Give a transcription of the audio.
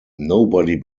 nobody